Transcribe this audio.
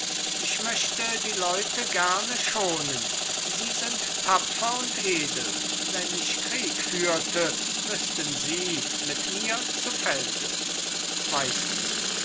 ich möchte die leute gerne schonen sie sind tapfer und edel wenn ich krieg führte müßten sie mit mir zu felde